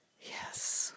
yes